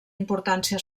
importància